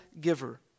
giver